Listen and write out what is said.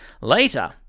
Later